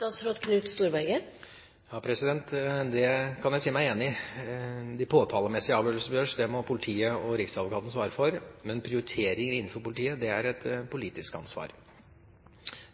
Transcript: Ja, det kan jeg si meg enig i. De påtalemessige avgjørelser som tas, må politiet og riksadvokaten svare for, men prioriteringer innenfor politiet er et politisk ansvar –